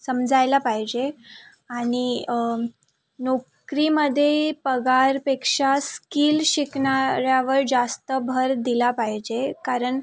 समजायला पाहिजे आणि नोकरीमध्ये पगारापेक्षा स्किल शिकणाऱ्यावर जास्त भर दिला पाहिजे कारण